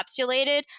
encapsulated